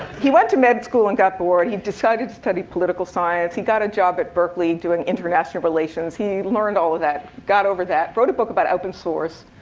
he went to med school and got bored. he decided to study political science. he got a job at berkeley doing international relations. he learned all of that, got over that. wrote a book about open source.